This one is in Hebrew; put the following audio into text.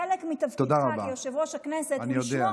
חלק מתפקידך כיושב-ראש הכנסת הוא לשמור